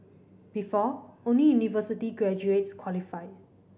before only university graduates qualified